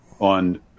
on